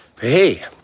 hey